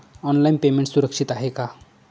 Online payment सुरक्षित आहे का?